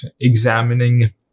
examining